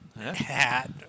hat